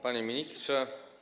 Panie Ministrze!